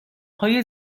های